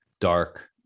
dark